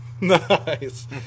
Nice